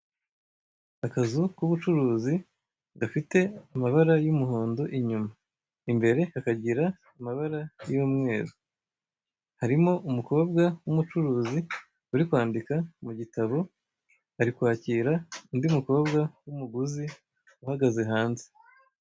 Akazu k'ubucuruzi gafite amabara y'umuhondo inyuma, imbere kakagira amabara y'umweru. Harimo umukobwa w'umucuruzi uri kwandika mu gitabo, ari kwakira undi mukobwa w'umuguzi uhagaze hanze.